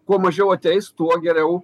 kuo mažiau ateis tuo geriau